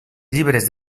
llibres